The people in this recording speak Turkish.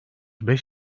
beş